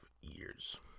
years